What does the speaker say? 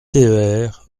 ter